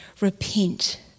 Repent